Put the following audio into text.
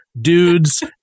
dudes